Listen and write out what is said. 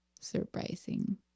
surprising